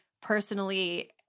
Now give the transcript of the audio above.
personally